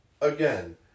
Again